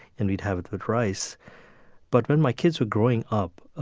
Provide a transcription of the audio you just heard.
and we'd have it with rice but when my kids were growing up, ah